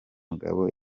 mugabo